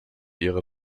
ihrer